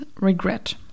regret